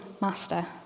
master